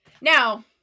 Now